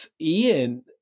Ian